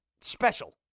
special